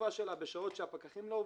ושריפה שלה בשעות שהפקחים לא עובדים,